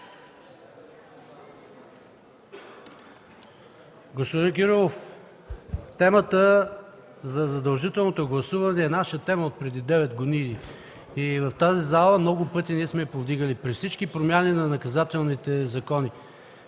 Господин Кирилов, темата за задължителното гласуване е наша отпреди девет години. В тази зала много пъти сме я повдигали, при всички промени на наказателните закони.